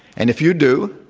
and if you do,